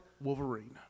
Wolverine